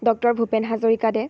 doctor Bhupen হাজৰিকাদেৱ